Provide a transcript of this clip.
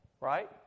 right